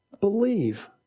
Believe